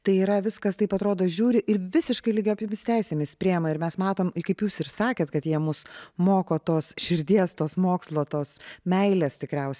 tai yra viskas taip atrodo žiūri ir visiškai lygiomis teisėmis priima ir mes matome kaip jūs ir sakėt kad jie mus moko tos širdies tos mokslo tos meilės tikriausiai